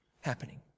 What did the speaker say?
happening